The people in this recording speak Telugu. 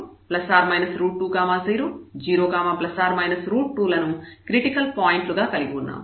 మనం 00200±2 లను క్రిటికల్ పాయింట్లు గా కలిగి ఉన్నాము